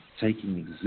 taking